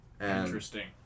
Interesting